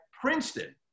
Princeton